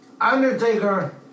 Undertaker